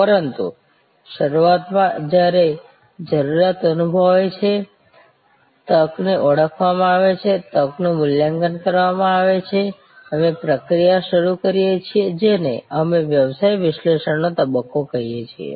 પરંતુ શરૂઆતમાં જ્યારે જરૂરિયાત અનુભવાય છે તકને ઓળખવામાં આવે છે તકનું મૂલ્યાંકન કરવામાં આવે છે અમે પ્રક્રિયા શરૂ કરીએ છીએ જેને અમે વ્યવસાય વિશ્લેષણનો તબક્કો કહીએ છીએ